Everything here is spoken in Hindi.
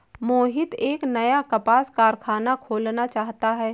मोहित एक नया कपास कारख़ाना खोलना चाहता है